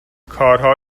کارها